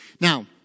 Now